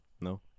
no